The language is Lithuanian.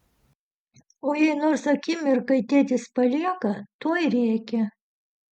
o jei nors akimirkai tėtis palieka tuoj rėkia